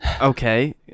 Okay